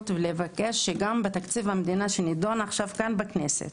ולבקש שגם בתקציב המדינה שנדון עכשיו כאן בכנסת